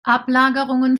ablagerungen